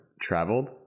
traveled